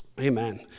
Amen